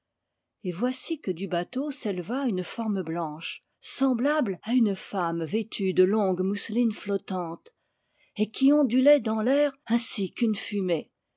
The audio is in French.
et voici que du bateau s'éleva une forme blanche sem blable à une femme vêtue de longues mousselines flottantes et qui ondulait dans l'air ainsi qu'une fumée